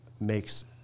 makes